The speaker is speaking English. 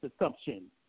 assumption